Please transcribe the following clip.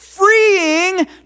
freeing